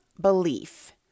belief